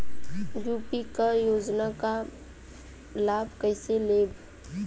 UP क योजना क लाभ कइसे लेब?